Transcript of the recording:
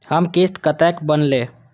हमर किस्त कतैक बनले?